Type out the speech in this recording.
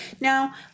Now